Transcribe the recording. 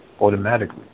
automatically